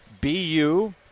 BU